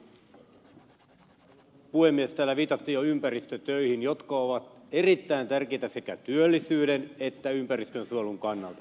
täällä viitattiin jo ympäristötöihin jotka ovat erittäin tärkeitä sekä työllisyyden että ympäristönsuojelun kannalta